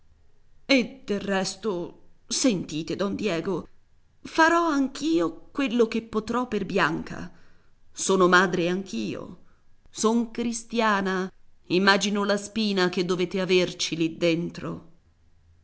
e del resto sentite don diego farò anch'io quello che potrò per bianca sono madre anch'io sono cristiana immagino la spina che dovete averci lì dentro